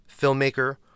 filmmaker